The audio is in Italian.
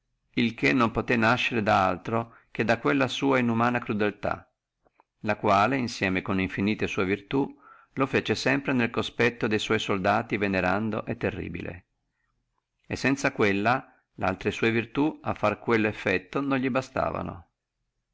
il che non poté nascere da altro che da quella sua inumana crudeltà la quale insieme con infinite sua virtù lo fece sempre nel cospetto de suoi soldati venerando e terribile e sanza quella a fare quello effetto le altre sua virtù non li bastavano